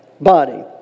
body